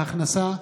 בהכנסה,